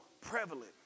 prevalent